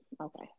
Okay